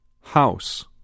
House